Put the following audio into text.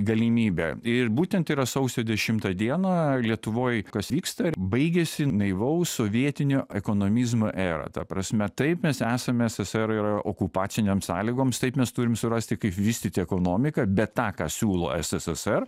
galimybė ir būtent yra sausio dešimtą dieną lietuvoj kas vyksta ir baigiasi naivaus sovietinio ekonomizmo era ta prasme taip mes esame ssr yra okupacinėm sąlygoms taip mes turim surasti kaip vystyti ekonomiką bet tą ką siūlo sssr